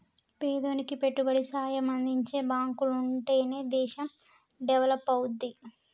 పేదోనికి పెట్టుబడి సాయం అందించే బాంకులుంటనే దేశం డెవలపవుద్ది